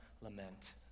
lament